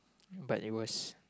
but it was